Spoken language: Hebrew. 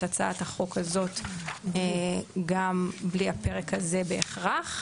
הצעת החוק הזאת גם בלי הפרק הזה בהכרח.